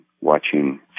Watching